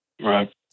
Right